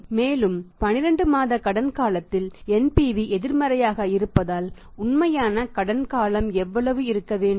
மேலும் 12 மாத கடன் காலத்தில் NPV எதிர்மறையாக இருப்பதால் உண்மையான கடன் காலம் எவ்வளவு இருக்க வேண்டும்